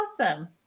awesome